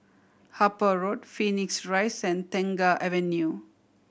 Harper Road Phoenix Rise and Tengah Avenue